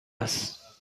است